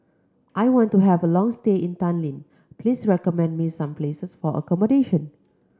I want to have a long stay in Tallinn please recommend me some places for accommodation